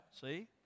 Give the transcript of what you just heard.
see